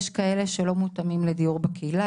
יש כאלה שלא מותאמים לדיור בקהילה,